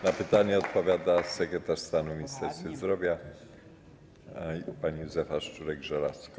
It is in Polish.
Na pytanie odpowiada sekretarz stanu w Ministerstwie Zdrowia pani Józefa Szczurek-Żelazko.